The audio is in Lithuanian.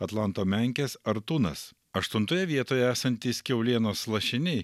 atlanto menkės ar tunas aštuntoje vietoje esantys kiaulienos lašiniai